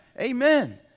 Amen